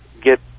get